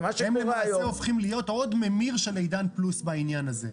הם למעשה הופכים להיות ממיר של עידן פלוס בעניין הזה.